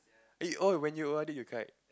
eh oh when you o_r_d you cried